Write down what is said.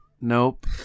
Nope